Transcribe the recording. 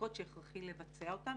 בדיקות שהכרחי לבצע אותן,